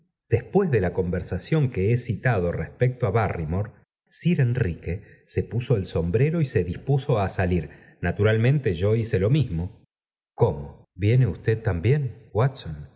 después de la conversación que he citado respecto á barymore sir enrique se puso el sombre l ro y se dispuso á salir naturalmente yo hice lo mismo cómo viene usted también watson